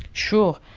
sure,